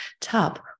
top